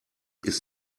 ist